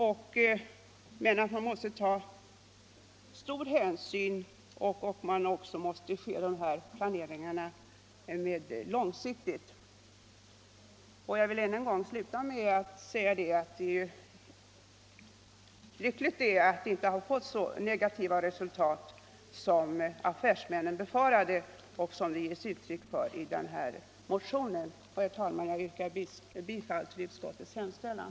Givetvis måste man därvid ta stor hänsyn och genomföra åtgärderna långsiktigt. Jag vill till slut än en gång framhålla att det är lyckligt att dessa saneringar inte fått så negativa resultat som affärsmännen befarat, farhågor som det ges uttryck för i denna motion. 73 Herr talman! Jag yrkar bifall till utskottets hemställan.